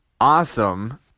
awesome